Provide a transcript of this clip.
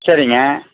சரிங்க